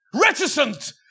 Reticent